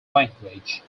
language